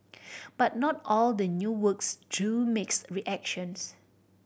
but not all the new works drew mixed reactions